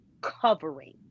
covering